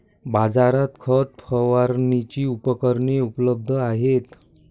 बाजारात खत फवारणीची उपकरणे उपलब्ध आहेत